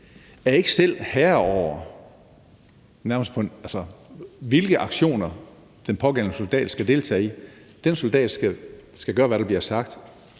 ikke selv er herre over, hvilke aktioner vedkommende skal deltage i. Den soldat skal gøre, hvad der bliver sagt.